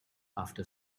after